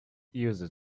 users